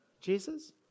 Jesus